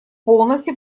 полностью